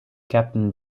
captain